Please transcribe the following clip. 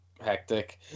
hectic